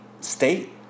state